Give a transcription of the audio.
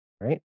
right